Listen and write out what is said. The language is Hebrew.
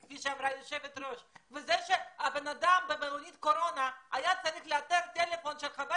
זה שהאדם במלונית קורונה היה צריך לתת טלפון של חבר